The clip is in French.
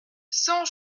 cent